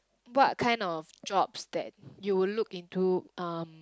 what kind of jobs that you would look into um